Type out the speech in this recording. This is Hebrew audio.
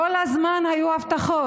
כל הזמן היו הבטחות: